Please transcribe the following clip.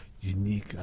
Unique